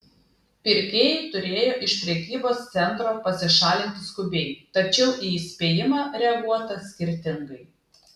pirkėjai turėjo iš prekybos centro pasišalinti skubiai tačiau į įspėjimą reaguota skirtingai